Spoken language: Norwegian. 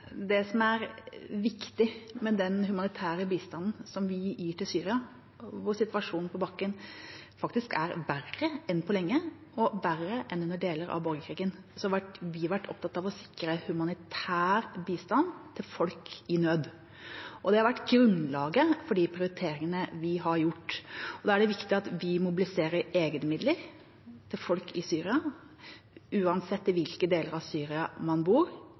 som er viktig med den bistanden som vi gir til Syria, hvor situasjonen på bakken faktisk er verre enn på lenge, og verre enn under deler av borgerkrigen, er at vi har vært opptatt av å sikre humanitær bistand til folk i nød. Det har vært grunnlaget for de prioriteringene vi har gjort. Da er det viktig at vi mobiliserer egne midler til folk i Syria, uansett i hvilke deler av Syria man bor,